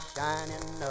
Shining